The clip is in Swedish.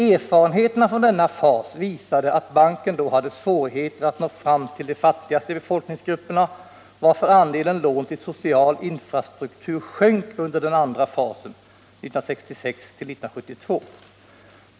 Erfarenheterna från denna fas visade att banken då hade svårigheter att nå fram till de fattigaste befolkningsgrupperna varför andelen lån till social infrastruktur sjönk under den andra fasen .